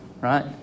right